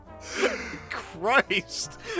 Christ